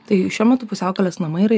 tai šiuo metu pusiaukelės namai yra